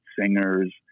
singers